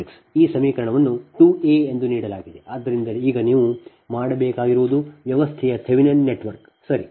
ಆದ್ದರಿಂದ ಈಗ ನಾವು ಮಾಡಬೇಕಾಗಿರುವುದು ವ್ಯವಸ್ಥೆಯ ಥೆವೆನಿನ್ ನೆಟ್ವರ್ಕ್ ಸರಿ